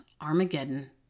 Armageddon